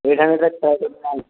at hundred تک try